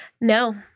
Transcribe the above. No